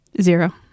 Zero